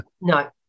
No